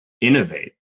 innovate